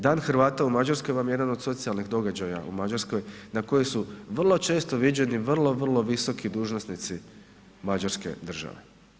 Dan Hrvata u Mađarskoj vam je jedan od socijalnih događaja u Mađarskoj na kojoj su vrlo često viđeni, vrlo, vrlo visoki dužnosnici mađarske države.